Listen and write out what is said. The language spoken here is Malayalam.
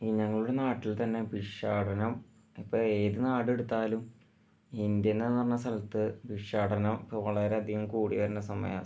ഞങ്ങളുടെ നാട്ടിൽ തന്നെ ഭിക്ഷാടനം ഇപ്പം ഏതു നാട് എടുത്താലും ഇന്ത്യന് എന്ന് പറഞ്ഞ സ്ഥലത്ത് ഭിക്ഷാടനം വളരെയധികം കൂടി വരുന്ന സമയം സ്ഥലമാണ്